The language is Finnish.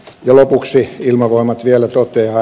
lopuksi ilmavoimat vielä toteaa